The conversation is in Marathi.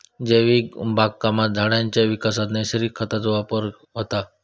जैविक बागकामात झाडांच्या विकासात नैसर्गिक खतांचो वापर होता